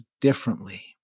differently